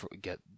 get